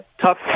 tough